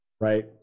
right